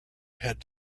had